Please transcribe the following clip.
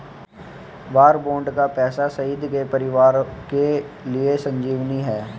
वार bond का पैसा शहीद के परिवारों के लिए संजीवनी है